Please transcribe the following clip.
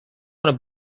want